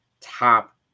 top